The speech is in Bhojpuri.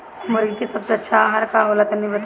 मुर्गी के सबसे अच्छा आहार का होला तनी बताई?